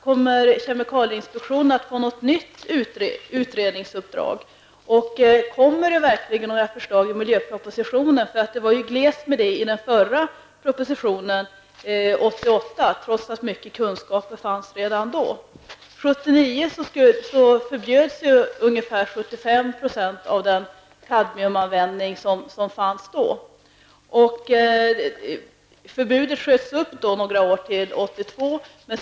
Kommer kemikalieinspektionen att få något nytt utredningsuppdrag? Kommer det verkligen några förslag i miljöpropositionen? Det var glest med det i förra propositionen 1988, trots att många kunskaper fanns redan då. År 1979 förbjöds ungefär 75 % av den kadmiumanvändning som då fanns. Förbudet sköts upp några år till 1982.